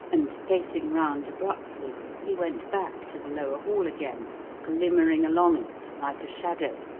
and, facing round abruptly, he went back to the lower hall again, glimmering along it like a shadow,